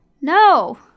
No